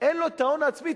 אין לו ההון העצמי.